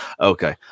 okay